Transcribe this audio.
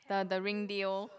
the the ring deal